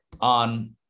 on